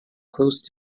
close